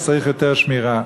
אז צריך יותר שמירה.